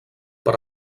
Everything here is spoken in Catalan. per